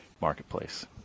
marketplace